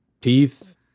teeth